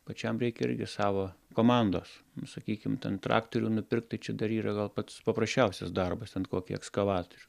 pačiam reikia irgi savo komandos nu sakykim ten traktorių nupirkt tai čia dar yra gal pats paprasčiausias darbas ten kokį ekskavatorių